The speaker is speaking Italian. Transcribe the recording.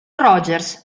rogers